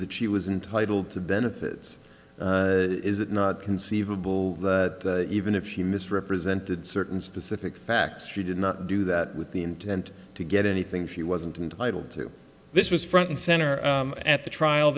that she was entitle to benefits is it not conceivable that even if she misrepresented certain specific facts she did not do that with the intent to get anything she wasn't intitled to this was front and center at the trial